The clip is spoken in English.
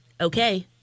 okay